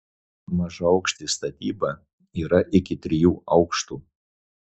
mažaaukštė statyba yra iki trijų aukštų